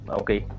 okay